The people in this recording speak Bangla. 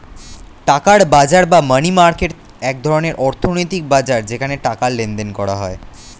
টাকার বাজার বা মানি মার্কেট এক ধরনের অর্থনৈতিক বাজার যেখানে টাকার লেনদেন হয়